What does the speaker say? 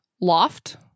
loft